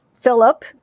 Philip